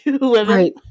right